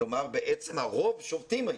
כלומר בעצם הרוב שובתים היום,